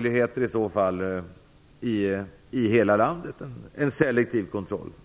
Eller skall man kanske införa en selektiv kontroll i hela